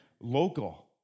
local